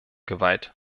gewalt